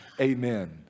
Amen